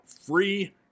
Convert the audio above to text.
free